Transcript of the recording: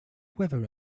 weather